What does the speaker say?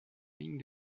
ligne